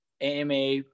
AMA